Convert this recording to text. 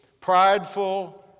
prideful